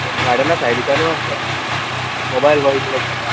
गार्डना सायडीच्यानू आसा mobile world म्हण एक शॉप आहा